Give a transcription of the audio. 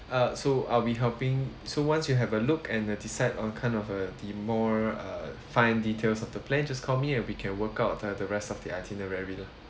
uh so I'll be helping so once you have a look and uh decide on kind of uh the more uh fine details of the plan just call me and we can work out uh the rest of the itinerary lah